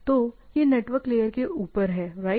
तो यह network layer के ऊपर है राइट